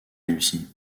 réussi